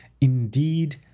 Indeed